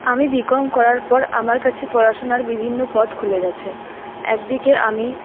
আমি বিকম করার পর আমার কাছে পড়াশোনার বিভিন্ন পথ খুলে গেছে একদিকে আমি